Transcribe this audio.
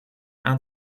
aan